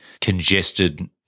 congested